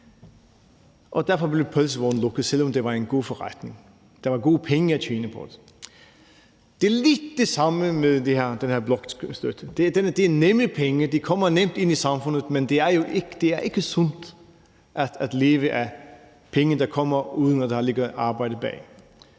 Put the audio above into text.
derfor blev pølsevognen lukket, selv om det var en god forretning og der var gode penge at tjene. Det er lidt det samme med den her blokstøtte. Det er nemme penge, de kommer nemt ind i samfundet, men det er ikke sundt at leve af penge, der kommer, uden at der ligger arbejde bag.